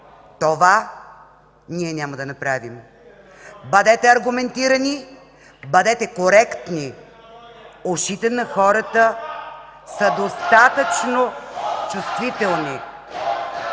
Това ние няма да направим. (Шум и реплики.) Бъдете аргументирани, бъдете коректни. Ушите на хората са достатъчно чувствителни.